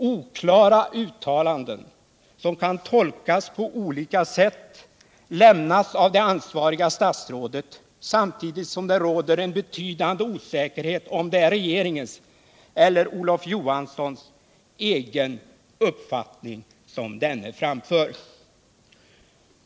Oklara uttalanden som kan tolkas på olika sätt lämnas av det ansvariga statsrådet samtidigt som det råder en betydande osäkerhet om det är regeringens eller Olof Johanssons uppfattning som denne framför.